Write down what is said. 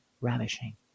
ravishing